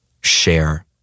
share